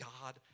God